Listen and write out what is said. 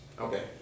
Okay